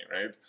right